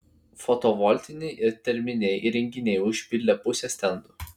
fotovoltiniai ir terminiai įrenginiai užpildė pusę stendų